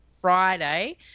Friday